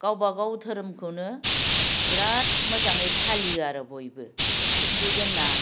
गावबागाव धोरोमखौनो बेराद मोजाङै फालियो आरो बयबो खिन्थु जोंना